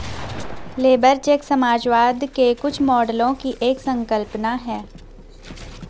labour check समाजवाद के कुछ मॉडलों की एक संकल्पना है